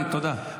טלי, תודה.